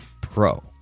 pro